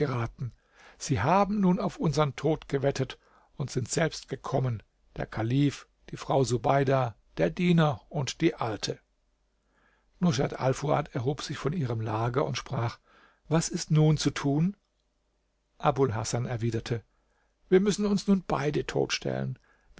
sie haben nun auf unsern tod gewettet und sind selbst gekommen der kalif die frau subeida der diener und die alte rushat alfuad erhob sich von ihrem lager und sprach was ist nun zu tun abul hasan erwiderte wir müssen uns nun beide tot stellen